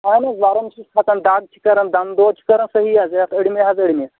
اہَن حظ وَرم چھُس کھَژَان دَگ چھِ کَران دَنٛد دود چھِ کَران صحیح حظ یَتھ ارمہِ حظ ارمہِ